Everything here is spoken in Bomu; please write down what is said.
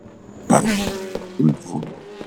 paro, do,